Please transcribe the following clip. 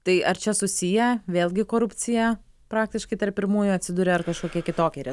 tai ar čia susiję vėlgi korupcija praktiškai tarp pirmųjų atsiduria ar kažkokie kitokie